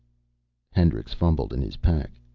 hendricks fumbled in his pack.